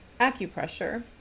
acupressure